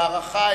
בהארכה,